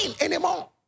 anymore